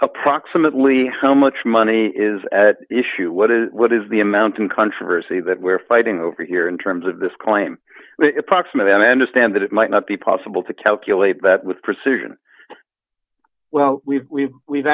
approximately how much money is at issue what is what is the amount in controversy that we're fighting over here in terms of this claim it approximately i understand that it might not be possible to calculate that with precision well we've we've